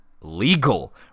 legal